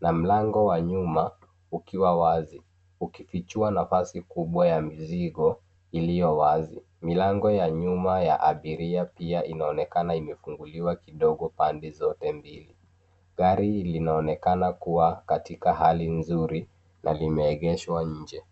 na mlango wa nyuma ukiwa wazi, ukifichua nafasi kubwa ya mizigo iliyo wazi. Milango ya nyuma ya abiria pia inaonekana imefunguliwa kidogo pande zote mbili. Gari linaonekana kuwa katika hali nzuri na limeegeshwa nje.